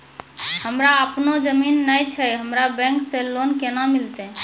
हमरा आपनौ जमीन नैय छै हमरा बैंक से लोन केना मिलतै?